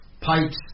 pipes